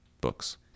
books